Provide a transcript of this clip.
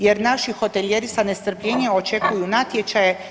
Jer naši hotelijeri sa nestrpljenjem očekuju natječaje.